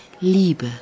liebe